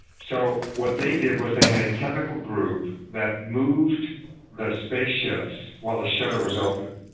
so what they did was they had a technical group that moved the space ships while the shutter was open.